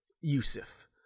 Yusuf